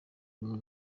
rumwe